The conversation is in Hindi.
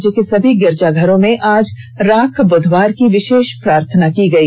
राज्य के सभी गिरजा घरों में आज राख बुधवार की विशेष प्रार्थना की गई